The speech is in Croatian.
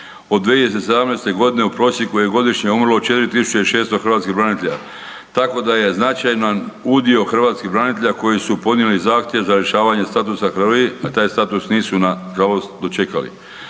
Od 2017.g. u prosjeku je godišnje umrlo 4.600 hrvatskih branitelja tako da je značajan udio hrvatskih branitelja koji su podnijeli zahtjev za rješavanje statusa HRVI, a taj status nisu nažalost dočekali.